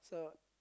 so